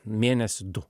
mėnesį du